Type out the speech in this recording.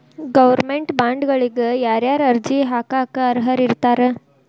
Government ಬಾಂಡ್ಗಳಿಗ ಯಾರ್ಯಾರ ಅರ್ಜಿ ಹಾಕಾಕ ಅರ್ಹರಿರ್ತಾರ?